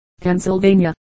Pennsylvania